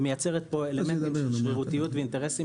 היא מייצרת אלמנטים של שרירותיות ואינטרסים